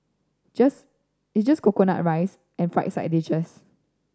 just it's just coconut rice and fried side dishes